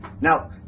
Now